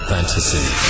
Fantasy